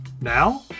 Now